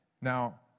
Now